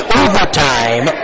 overtime